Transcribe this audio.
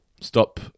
stop